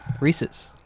Reese's